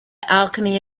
alchemy